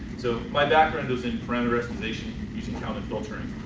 so my background is in parameter estimation using and filtering,